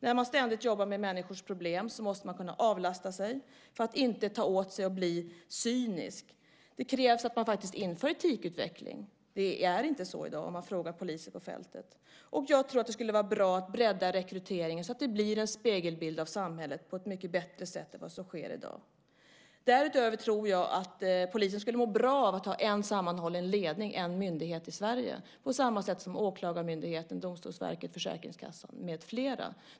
När man ständigt jobbar med människors problem måste man kunna avlasta sig, för att inte ta åt sig och bli cynisk. Det krävs att det införs etikutveckling. Det är inte så i dag om man frågar poliser på fältet. Jag tror att det skulle vara bra att bredda rekryteringen för att få en spegelbild av samhället på ett mycket bättre sätt än vad som sker i dag. Därutöver tror jag att polisen skulle må bra av att ha en sammanhållen ledning, en myndighet i Sverige, på samma sätt som Åklagarmyndigheten, Domstolsverket, Försäkringskassan med flera.